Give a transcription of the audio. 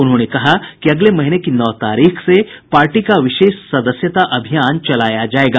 उन्होंने कहा कि अगले महीने की नौ तारीख से पार्टी का विशेष सदस्यता अभियान चलाया जायेगा